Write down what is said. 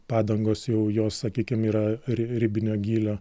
padangos jau jos sakykim yra ri ribinio gylio